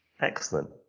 Excellent